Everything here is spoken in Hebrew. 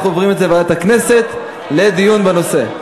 אנחנו מעבירים את זה לוועדת הכנסת לדיון בנושא.